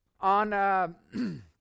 On